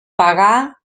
pagar